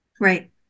Right